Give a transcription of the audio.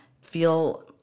feel